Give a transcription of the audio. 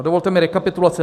Dovolte mi rekapitulaci.